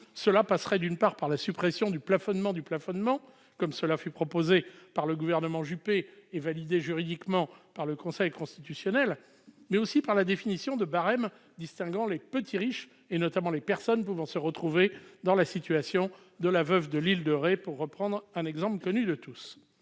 Cela passerait par la suppression du « plafonnement du plafonnement », comme cela fut proposé par le gouvernement Juppé et validé juridiquement par le Conseil constitutionnel, mais aussi par la définition de barèmes distinguant les « petits » riches, et notamment les personnes pouvant se retrouver dans la situation de la veuve de l'île de Ré, pour reprendre un exemple connu de tous.